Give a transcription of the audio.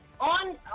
on